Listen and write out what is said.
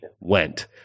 went